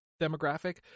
demographic